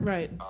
Right